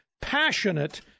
passionate